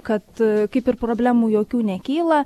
kad kaip ir problemų jokių nekyla